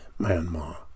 Myanmar